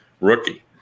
rookie